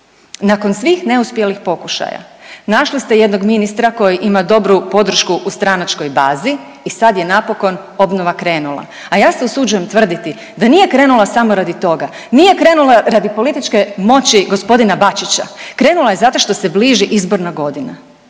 Nakon svih neuspjelih pokušaja našli ste jednog ministra koji ima dobru podršku u stranačkoj bazi i sad je napokon obnova krenula, a ja se usuđujem tvrditi da nije krenula samo radi toga, nije krenula radi političke moći g. Bačića, krenula je zato što se bliži izborna godina